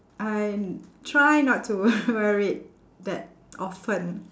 I try not to wear it that often